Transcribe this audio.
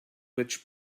which